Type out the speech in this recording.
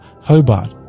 Hobart